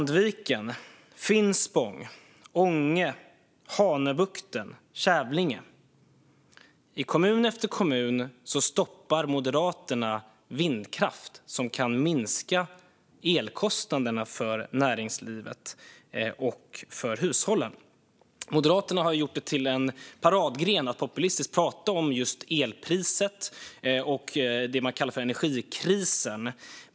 Sandviken, Finspång, Ånge, Hanöbukten, Kävlinge - i kommun efter kommun stoppar Moderaterna vindkraft som kan minska elkostnaderna för näringslivet och för hushållen. Moderaterna har gjort det till en paradgren att populistiskt prata om just elpriset och det man kallar energikrisen.